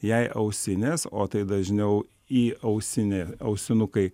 jei ausinės o tai dažniau į ausinį ausinukai